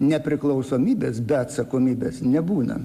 nepriklausomybės be atsakomybės nebūna